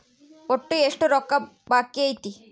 ಒಟ್ಟು ಎಷ್ಟು ರೊಕ್ಕ ಬಾಕಿ ಐತಿ?